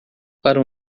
para